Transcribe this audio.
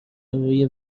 روی